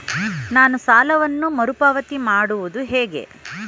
ನಾನು ಸಾಲವನ್ನು ಮರುಪಾವತಿ ಮಾಡುವುದು ಹೇಗೆ?